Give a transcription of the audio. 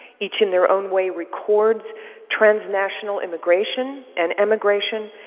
each in their own way records transnational immigration and emigration.